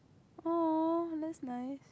!aw! that's nice